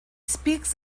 speaks